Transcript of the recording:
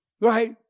right